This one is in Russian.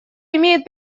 имеет